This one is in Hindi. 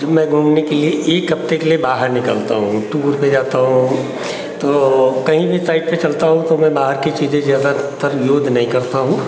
मैं घूमने के लिए एक हफ्ते के लिए बाहर निकलता हूँ टूर पे जाता हूँ तो कहीं भी साइट पे चलता हूँ तो मैं बाहर की चीज़ें ज़्यादातर यूज़ नहीं करता हूँ